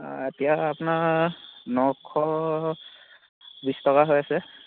এতিয়া আপোনাৰ নশ বিছ টকা হৈ আছে